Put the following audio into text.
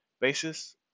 basis